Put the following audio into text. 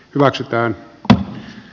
maksetaan alle